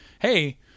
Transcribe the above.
hey